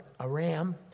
Aram